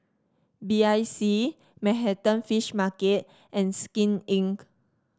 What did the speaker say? B I C Manhattan Fish Market and Skin Inc